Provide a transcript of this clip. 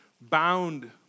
bound